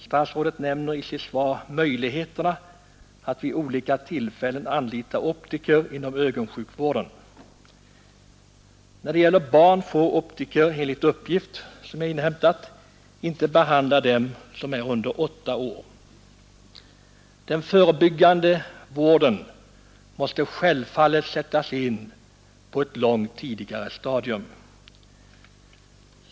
Statsrådet nämner i sitt svar möjligheterna att vid olika tillfällen anlita optiker inom ögonsjukvården. När det gäller barn får optiker — enligt uppgifter som jag har inhämtat — inte behandla barn under åtta år. Den förebyggande vården måste självfallet sättas in på ett långt tidigare stadium.